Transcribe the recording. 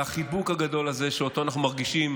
והחיבוק הגדול הזה שאותו אנחנו מרגישים